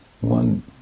One